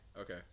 Okay